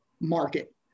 market